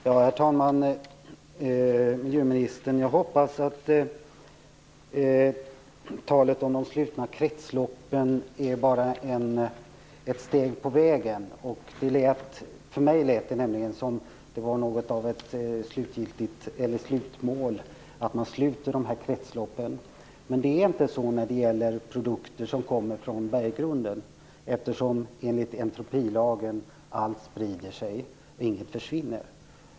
Herr talman! Miljöministern, jag hoppas att talet om de slutna kretsloppen bara är ett steg på vägen. För mig lät det nämligen som om det var något av ett slutmål att man sluter dessa kretslopp. Men det är inte så när det gäller produkter som kommer från berggrunden, eftersom allt enligt entropilagen sprider sig och inget försvinner.